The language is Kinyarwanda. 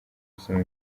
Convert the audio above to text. gusoma